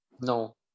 No